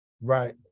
Right